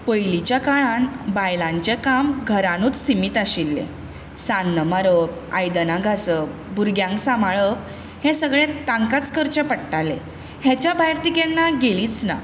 पयलींच्या काळांत बायलांचें काम घरानूत सिमीत आशिल्लें सान्न मारप आयदनां घांसप भुरग्यांक सांबाळप हें सगळें तांकांच करचें पडटालें हेच्या भायर तीं केन्ना गेलींच ना